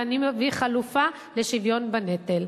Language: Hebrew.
ואני מביא חלופה לשוויון בנטל.